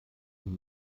mir